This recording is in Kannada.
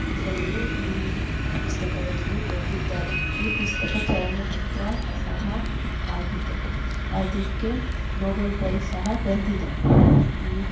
ಇದರಲ್ಲಿ ಈ ಪುಸ್ತಕದಲ್ಲಿ ಬರೆದಿದ್ದಾರೆ ಈ ಪುಸ್ತಕ ಚಲನಚಿತ್ರ ಸಹ ಆಗಿದೆ ಅದಕ್ಕೆ ನೊಬೆಲ್ ಪ್ರೈಸ್ ಸಹ ಬಂದಿದೆ ಈ